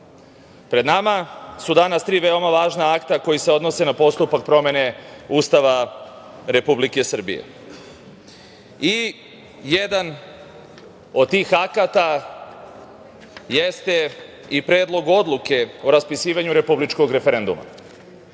pred nama su danas tri veoma važna akta koji se odnose na postupak promene Ustava Republike Srbije i jedan od tih akata jeste i Predlog odluke o raspisivanju republičkog referenduma. Danas